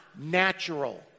natural